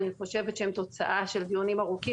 אני חושבת שהן תוצאה של דיונים ארוכים